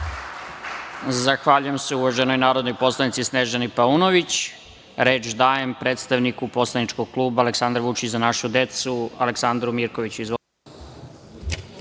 Zahvaljujem se uvaženoj narodnoj poslanici Snežani Paunović. Reč dajem, predstavniku poslaničkog kluba Aleksandar Vučić – Za našu decu, Aleksandru Mirkoviću. Izvolite.